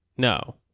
No